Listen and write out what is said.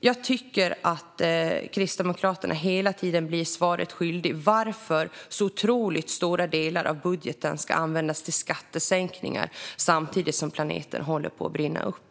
Jag tycker att Kristdemokraterna hela tiden blir svaret skyldiga: Varför ska så otroligt stora delar av budgeten användas till skattesänkningar samtidigt som planeten håller på att brinna upp?